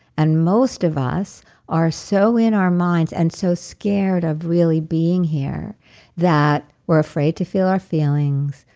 and most of us are so in our minds and so scared of really being here that we're afraid to feel our feelings.